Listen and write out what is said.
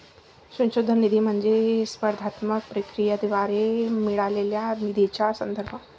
संशोधन निधी म्हणजे स्पर्धात्मक प्रक्रियेद्वारे मिळालेल्या निधीचा संदर्भ